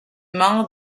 main